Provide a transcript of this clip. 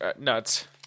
nuts